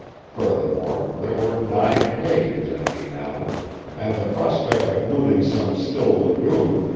furthermore, there were nine pagans in me now and the prospect of looting some still lagoon,